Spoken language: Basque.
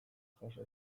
jaso